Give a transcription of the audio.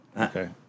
Okay